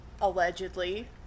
allegedly